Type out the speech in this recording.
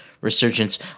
resurgence